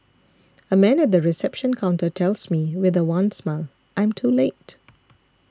a man at the reception counter tells me with a wan smile I am too late